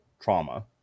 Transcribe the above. trauma